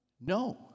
No